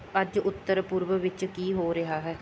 ਅੱਜ ਉੱਤਰ ਪੂਰਬ ਵਿੱਚ ਕੀ ਹੋ ਰਿਹਾ ਹੈ